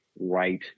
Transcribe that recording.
right